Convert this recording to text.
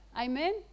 Amen